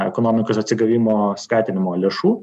ekonomikos atsigavimo skatinimo lėšų